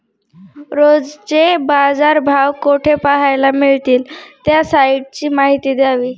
रोजचे बाजारभाव कोठे पहायला मिळतील? त्या साईटची माहिती द्यावी